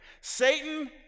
Satan